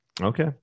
Okay